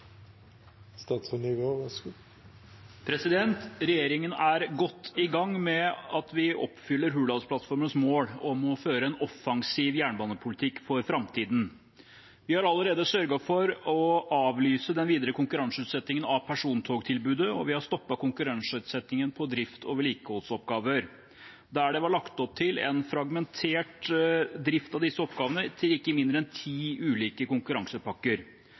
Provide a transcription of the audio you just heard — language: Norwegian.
godt i gang med å oppfylle Hurdalsplattformens mål om å føre en offensiv jernbanepolitikk for framtiden. Vi har allerede sørget for å avlyse den videre konkurranseutsettingen av persontogtilbudet, og vi har stoppet konkurranseutsettingen på drift og vedlikeholdsoppgaver, der det var lagt opp til en fragmentert drift av disse oppgavene – til ikke mindre enn ti ulike konkurransepakker.